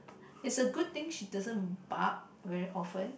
is a good thing she doesn't bark very often